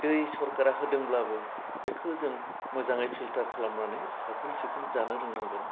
दै सरकारा होदोंब्लाबो बेखो जों मोजाङै फिल्टार खालामनानै साखोन सिखोन जानो रोंनांगोन